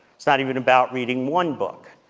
it's not even about reading one book.